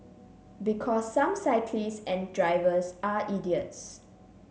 because some cyclists and drivers are idiots